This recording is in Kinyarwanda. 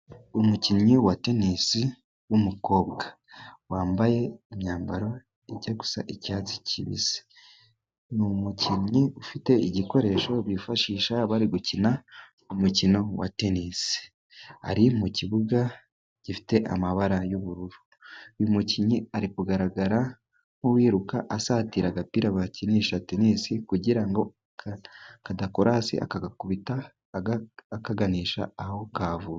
Umukinnyi wa tenisi w'umukobwa wambaye imyambaro ijya gusa n'icyatsi kibisi, ni n'umukinnyi ufite igikoresho bifashisha bari gukina umukino wa tenisi, ari mu kibuga gifite amabara y'ubururu, uyu mukinnyi ari kugaragara nk'uwiruka asatira agapira bakinisha tenisi ,kugira ngo kadakora hasi akagakubita akaganisha aho kavuye.